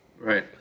Right